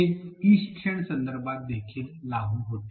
हे ई शिक्षण संदर्भात देखील लागू होते